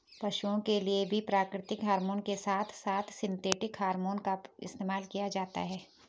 पशुओं के लिए भी प्राकृतिक हॉरमोन के साथ साथ सिंथेटिक हॉरमोन का इस्तेमाल किया जाता है